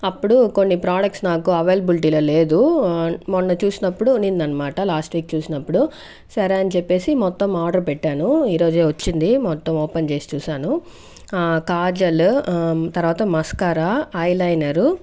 అప్పుడు కొన్ని ప్రోడక్ట్స్ నాకు అవైలబిలిటీలో లేదు మొన్న చూసినప్పుడు ఉన్నింది అనమాట లాస్ట్ వీక్ చూసినప్పుడు సరే అని చెప్పేసి మొత్తం ఆర్డర్ పెట్టాను ఈరోజే వచ్చింది మొత్తం ఓపెన్ చేసి చూసాను కాజల్ తర్వాత మస్కారా ఐ లైనరు